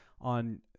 on